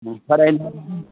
ꯎꯝ ꯐꯔꯦ ꯅꯪ ꯑꯗꯨꯗꯤ